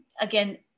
Again